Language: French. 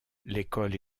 l’école